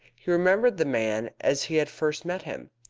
he remembered the man as he had first met him,